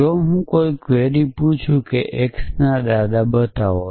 જો હું કોઈ ક્વેરી પૂછું છું કે x ના દાદા બતાવો